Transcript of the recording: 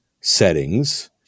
settings